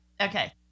Okay